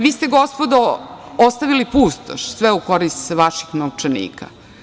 Vi ste gospodo ostavili pustoš sve u korist vaših novčanika.